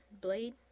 Blade